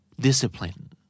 discipline